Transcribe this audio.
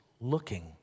looking